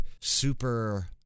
super